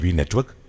network